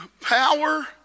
power